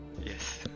Yes